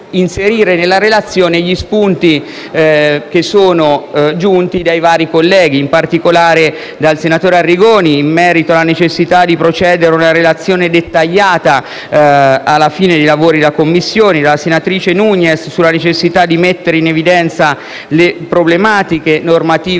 inserire nella relazione gli spunti che sono giunti dai vari colleghi, in particolare dal senatore Arrigoni, in merito alla necessità di procedere ad una relazione dettagliata alla fine dei lavori della Commissione, dalla senatrice Nugnes, sulla necessità di mettere in evidenza le problematiche normative